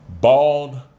bald